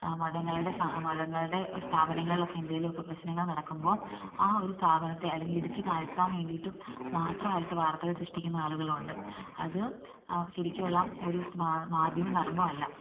മതങ്ങളുടെ മതങ്ങളുടെ സ്ഥാപനങ്ങളിലൊക്കെ എന്തെങ്കിലുമൊക്കെ പ്രശ്നങ്ങൾ നടക്കുമ്പോൾ ആ ഒരു സ്ഥാപനത്തെ അല്ലെങ്കിൽ ഇടിച്ചു താഴ്ത്താൻ വേണ്ടിയിട്ടും മാത്രമായിട്ട് വാർത്തകൾ സൃഷ്ടിക്കുന്ന ആളുകളുണ്ട് അത് ശരിക്കുള്ള ഒരു മാധ്യമ ധർമ്മം അല്ല